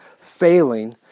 failing